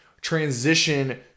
transition